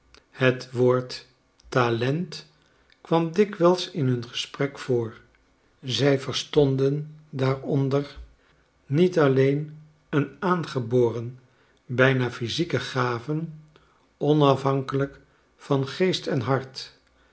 het woord talent kwam dikwijls in hun gesprek voor zij verstonden daardoor niet alleen een aangeboren bijna physieke gave onafhankelijk van geest en hart